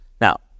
Now